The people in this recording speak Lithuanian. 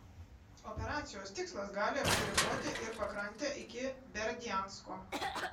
operacijos tikslas gali apsiriboti ir pakrante iki berdiansko